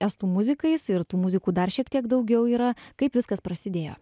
estų muzikais ir tų muzikų dar šiek tiek daugiau yra kaip viskas prasidėjo